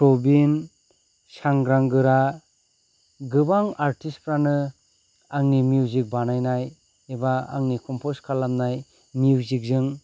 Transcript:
प्रबिन सांग्रांगोरा गोबां आर्थिस्थ फ्रानो आंनि मिउजिक बानायनाय एबा आंनि कम्पस्थ खालामनाय मिउजिकजों